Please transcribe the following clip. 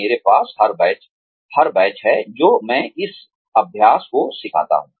मेरे पास हर बैच है जो मैं इस अभ्यास को सिखाता हूं